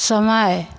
समय